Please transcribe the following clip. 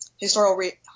historical